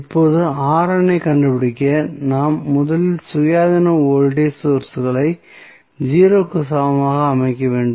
இப்போது ஐ கண்டுபிடிக்க நாம் முதலில் சுயாதீன வோல்டேஜ் சோர்ஸ்களை 0 க்கு சமமாக அமைக்க வேண்டும்